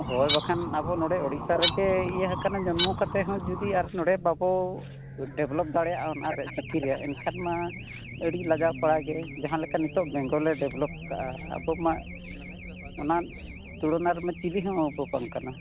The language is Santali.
ᱦᱳᱭ ᱵᱟᱠᱷᱟᱱ ᱟᱵᱚ ᱱᱚᱰᱮ ᱳᱰᱤᱥᱟ ᱨᱮ ᱤᱭᱟᱹ ᱟᱠᱟᱱᱟ ᱡᱚᱱᱢᱚ ᱠᱟᱛᱮᱫ ᱦᱚᱸ ᱡᱩᱫᱤ ᱟᱨ ᱱᱚᱰᱮ ᱵᱟᱵᱚ ᱰᱮᱵᱷᱞᱚᱯ ᱫᱟᱲᱮᱭᱟᱜᱼᱟ ᱚᱱᱟ ᱨᱮᱭᱟᱜ ᱪᱤᱠᱤ ᱨᱮᱭᱟᱜ ᱮᱱᱠᱷᱟᱱ ᱢᱟ ᱟᱹᱰᱤ ᱞᱟᱡᱟ ᱯᱟᱲᱟ ᱜᱮ ᱡᱟᱦᱟᱸ ᱞᱮᱠᱟ ᱱᱤᱛᱳᱜ ᱵᱮᱝᱜᱚᱞᱮ ᱰᱮᱵᱷᱞᱚᱯ ᱠᱟᱜᱼᱟ ᱟᱵᱚ ᱢᱟ ᱚᱱᱟ ᱛᱩᱞᱚᱱᱟ ᱨᱮᱢᱟ ᱪᱤᱞᱤ ᱦᱚᱸ ᱵᱟᱠᱚ ᱚᱱᱠᱟᱱᱟ